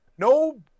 No